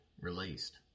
released